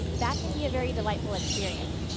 that can be a very delightful experience.